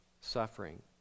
suffering